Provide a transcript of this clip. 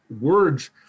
words